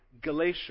Galatia